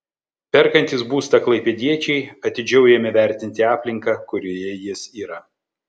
perkantys būstą klaipėdiečiai atidžiau ėmė vertinti aplinką kurioje jis yra